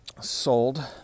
sold